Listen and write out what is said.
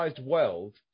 world